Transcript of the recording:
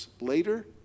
later